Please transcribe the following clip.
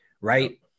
right